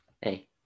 Hey